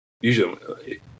usually